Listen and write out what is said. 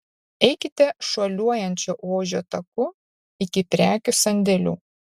eikite šuoliuojančio ožio taku iki prekių sandėlių